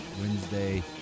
Wednesday